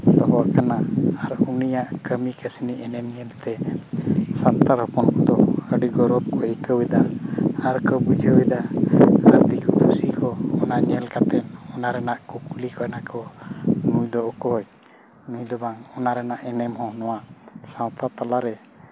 ᱫᱚᱦᱚ ᱠᱟᱱᱟ ᱟᱨ ᱩᱱᱤᱭᱟᱜ ᱠᱟᱹᱢᱤ ᱠᱟᱹᱥᱱᱤ ᱮᱱᱮᱢ ᱧᱮᱞᱛᱮ ᱥᱟᱱᱛᱟᱲ ᱦᱚᱯᱚᱱ ᱠᱚᱫᱚ ᱟᱹᱰᱤ ᱜᱚᱨᱚᱵᱽ ᱠᱚ ᱟᱹᱭᱠᱟᱹᱣᱮᱫᱟ ᱟᱨ ᱵᱩᱡᱷᱟᱹᱣᱫᱟ ᱟᱨ ᱫᱤᱠᱩ ᱠᱚ ᱯᱩᱥᱤ ᱠᱚ ᱚᱱᱟ ᱧᱮᱞ ᱠᱟᱛᱮ ᱚᱱᱟ ᱨᱮᱱᱟᱜ ᱠᱩᱠᱞᱤ ᱠᱟᱱᱟ ᱠᱚ ᱱᱩᱭ ᱫᱚ ᱚᱠᱚᱭ ᱱᱩᱭ ᱫᱚ ᱵᱟᱝ ᱚᱱᱟ ᱨᱮᱱᱟᱜ ᱮᱱᱮᱢ ᱦᱚᱸ ᱱᱚᱣᱟ ᱥᱟᱶᱛᱟ ᱛᱟᱞᱟᱨᱮ